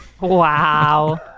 Wow